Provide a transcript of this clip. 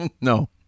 no